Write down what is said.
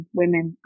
women